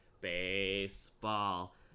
Baseball